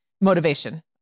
motivation